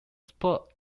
support